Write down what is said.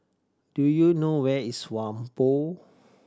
do you know where is Whampoa